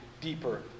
deeper